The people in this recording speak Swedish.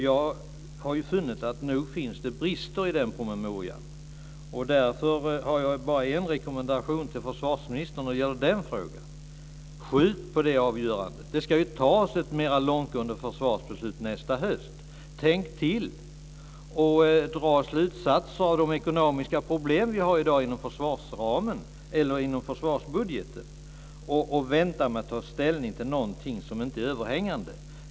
Jag har funnit att det finns brister i den promemorian. Därför har jag bara en rekommendation till försvarsministern vad gäller den frågan: Skjut på det avgörandet! Det ska ju fattas ett mer långtgående försvarsbeslut nästa höst. Tänk till, och dra slutsatser av de ekonomiska problem vi har i dag inom försvarsbudgeten! Vänta med att ta ställning till någonting som inte är överhängande!